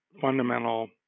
fundamental